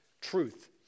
truth